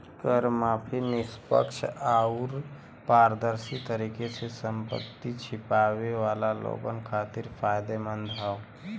कर माफी निष्पक्ष आउर पारदर्शी तरीके से संपत्ति छिपावे वाला लोगन खातिर फायदेमंद हौ